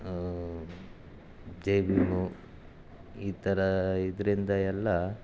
ಜೈ ಭೀಮ್ ಈ ಥರ ಇದರಿಂದ ಎಲ್ಲ